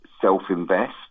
self-invest